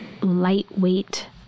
lightweight